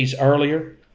earlier